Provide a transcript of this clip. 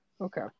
Okay